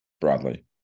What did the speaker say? broadly